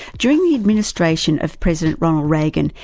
during the administration of president ronald reagan,